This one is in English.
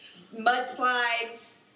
mudslides